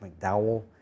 McDowell